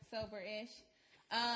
sober-ish